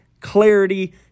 clarity